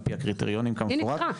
על פי הקריטריונים כמפורט,